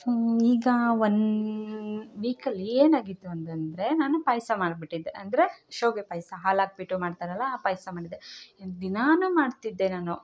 ಈಗ ಒನ್ ವೀಕಲ್ಲಿ ಏನಾಗಿತ್ತು ಅಂತಂದ್ರೆ ನಾನು ಪಾಯಸ ಮಾಡಿಬಿಟ್ಟಿದ್ದೆ ಅಂದರೆ ಶಾವ್ಗೆ ಪಾಯಸ ಹಾಲಾಕ್ಬಿಟ್ಟು ಮಾಡ್ತಾರಲ್ಲ ಆ ಪಾಯಸ ಮಾಡಿದ್ದೆ ದಿನಾ ಮಾಡ್ತಿದ್ದೆ ನಾನು